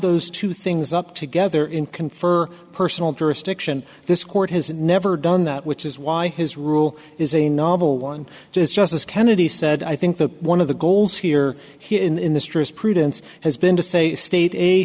those two things up together in confer personal jurisdiction this court has never done that which is why his rule is a novel one is justice kennedy said i think that one of the goals here in the streets prudence has been to say state a